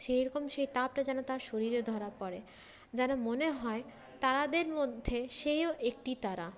সেরকম সে তাপটা যেন তার শরীরে ধরা পড়ে যেন মনে হয় তারাদের মধ্যে সেও একটি তারা